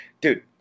dude